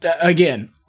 again